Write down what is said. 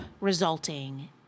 resulting